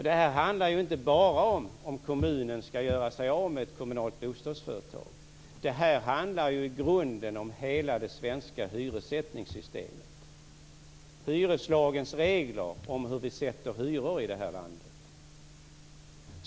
Det här handlar ju inte bara om huruvida kommunen skall göra sig av med ett kommunalt bostadsföretag. Det här handlar i grunden om hela det svenska hyressättningssystemet, om hyreslagens regler för hur vi sätter hyror i det här landet.